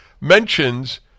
mentions